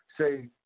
say